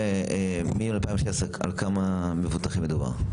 מ-2016 על כמה מבוטחים מדובר?